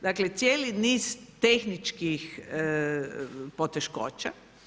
Dakle, cijeli niz tehničkih poteškoća.